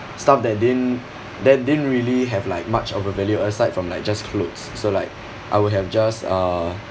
stuff that didn't that didn't really have like much of a value aside from like just clothes so like I would have just uh